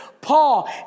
Paul